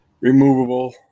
removable